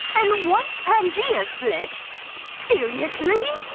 and once pangea split seriously?